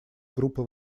группы